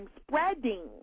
spreading